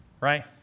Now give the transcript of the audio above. Right